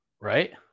Right